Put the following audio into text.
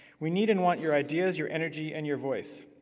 we need and want your ideas, your energy, and your voice.